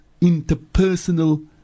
interpersonal